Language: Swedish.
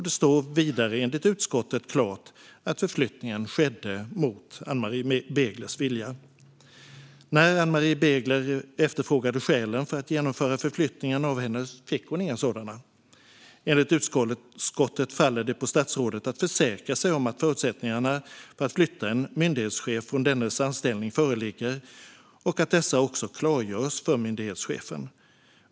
Det står vidare, enligt utskottet, klart att förflyttningen skedde mot Ann-Marie Beglers vilja. När Ann-Marie Begler efterfrågade skälen för att genomföra förflyttningen av henne fick hon inga sådana. Enligt utskottet faller det på statsrådet att försäkra sig om att förutsättningarna för att flytta en myndighetschef från dennes anställning föreligger och att dessa också klargörs för myndighetschefen.